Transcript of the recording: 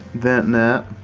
vent nappe.